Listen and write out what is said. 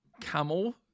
camel